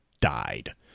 died